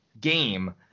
game